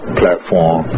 platform